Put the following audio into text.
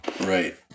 Right